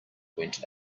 went